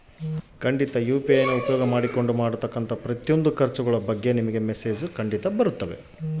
UPI ನ ಉಪಯೋಗ ಮಾಡಿಕೊಂಡು ಮಾಡೋ ಖರ್ಚುಗಳ ಬಗ್ಗೆ ನನಗೆ ಮೆಸೇಜ್ ಬರುತ್ತಾವೇನ್ರಿ?